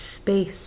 space